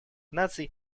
наций